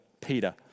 Peter